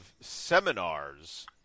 seminars